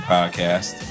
Podcast